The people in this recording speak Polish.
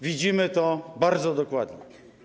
Widzimy to bardzo dokładnie.